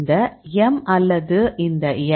இந்த m அல்லது இந்த x